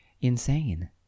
insane